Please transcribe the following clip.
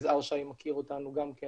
ויזהר שי מכיר אותנו גם כן